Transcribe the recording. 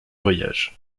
voyages